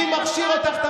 מי מכשיר אותך,